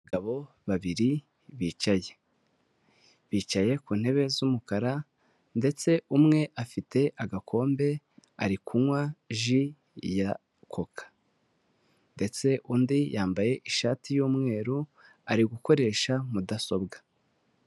Abagabo babiri bicaye, bicaye ku ntebe z'umukara ndetse umwe afite agakombe ari kunywa ji ya koka ndetse undi yambaye ishati y'umweru ari gukoresha mudasobwa.